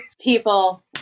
people